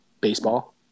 Baseball